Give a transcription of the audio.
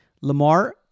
Lamar